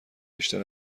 بیشتر